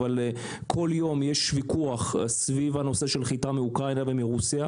אבל כל יום יש וויכוח סביב הנושא של חיטה מאוקראינה ומרוסיה,